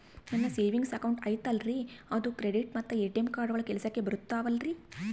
ನನ್ನ savings account ಐತಲ್ರೇ ಅದು ಕ್ರೆಡಿಟ್ ಮತ್ತ ಎ.ಟಿ.ಎಂ ಕಾರ್ಡುಗಳು ಕೆಲಸಕ್ಕೆ ಬರುತ್ತಾವಲ್ರಿ?